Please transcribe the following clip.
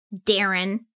Darren